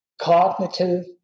cognitive